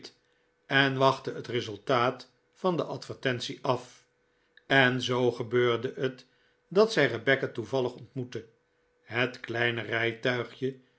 en wachtte het resultaat van de advertentie af en zoo gebeurde het dat zij rebecca toevallig ontmoette het kleine rijtuigje